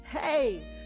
hey